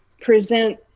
present